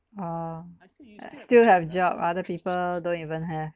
uh still have job other people don't even have